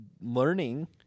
learning